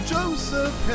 Joseph